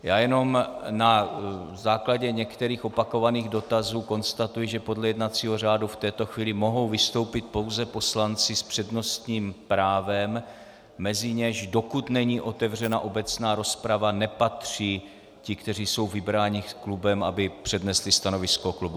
Já jenom na základě některých opakovaných dotazů konstatuji, že podle jednacího řádu v této chvíli mohou vystoupit pouze poslanci s přednostním právem, mezi něž, dokud není otevřena obecná rozprava, nepatří ti, kteří jsou vybráni klubem, aby přednesli stanovisko klubu.